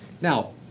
Now